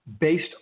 based